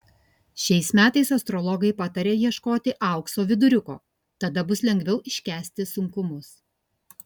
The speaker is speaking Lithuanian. šiais metais astrologai pataria ieškoti aukso viduriuko tada bus lengviau iškęsti sunkumus